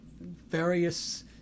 various